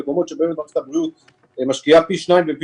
מקומות שבהם מערכת הבריאות משקיעה פי שתיים,